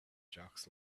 jocks